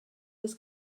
was